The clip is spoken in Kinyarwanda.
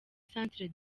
centre